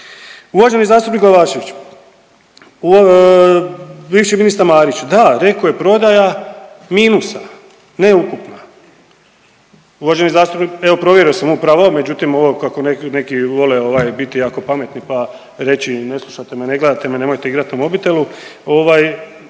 Uvaženi zastupnik Glavašević, bivši ministar Marić da rekao je prodaja minusa ne ukupna. Uvaženi zastupnik evo provjerio sam … međutim ovo kako neki vole biti jako pametni i reći ne slušate me ne gledate me nemojte igrati na mobitelu ovaj